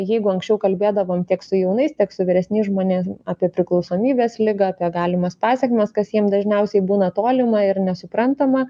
jeigu anksčiau kalbėdavom tiek su jaunais tiek su vyresniais žmonėm apie priklausomybės ligą apie galimas pasekmes kas jiem dažniausiai būna tolima ir nesuprantama